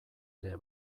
ere